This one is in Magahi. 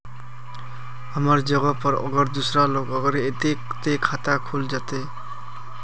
हमर जगह पर अगर दूसरा लोग अगर ऐते ते खाता खुल जते?